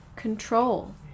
Control